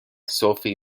sophie